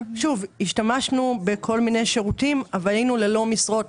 השתמשנו בכל מיני שירותים אבל היינו ללא משרות,